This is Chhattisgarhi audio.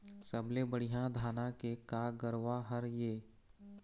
सबले बढ़िया धाना के का गरवा हर ये?